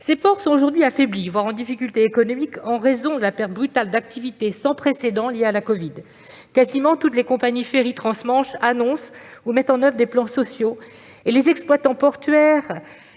Ces ports sont aujourd'hui affaiblis, voire en difficulté économique, en raison de la perte brutale d'activité sans précédent liée à la covid-19. Quasiment toutes les compagnies ferries transmanche annoncent ou mettent en oeuvre des plans sociaux et les exploitants portuaires